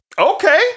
Okay